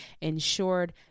ensured